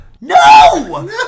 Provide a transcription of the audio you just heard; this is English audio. No